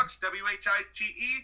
W-H-I-T-E